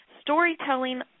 Storytelling